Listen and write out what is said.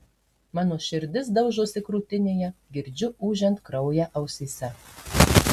mano širdis daužosi krūtinėje girdžiu ūžiant kraują ausyse